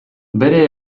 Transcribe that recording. bere